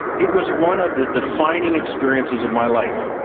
it was one of the defining experiences of my life.